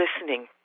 listening